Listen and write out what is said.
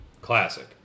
classic